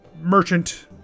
merchant